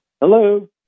Hello